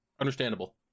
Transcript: Understandable